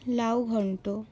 লাউ ঘণ্ট